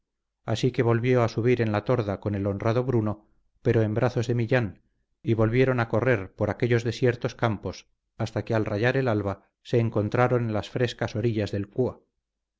así que volvió a subir en la torda con el honrado bruno pero en brazos de millán y volvieron a correr por aquellos desiertos campos hasta que al rayar el alba se encontraron en las frescas orillas del cúa